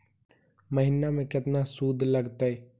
महिना में केतना शुद्ध लगतै?